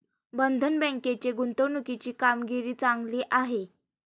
बंधन बँकेची गुंतवणुकीची कामगिरी चांगली आहे